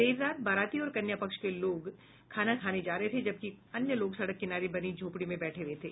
देर रात बाराती और कन्या पक्ष के कुछ लोग खाना खाने जा रहे थे जबकि अन्य लोग सड़क किनारे बनी झोपड़ी में बैठे थे